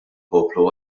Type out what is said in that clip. poplu